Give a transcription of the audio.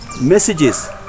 messages